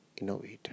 innovator